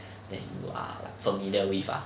that you are familiar with ah